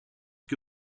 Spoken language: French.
que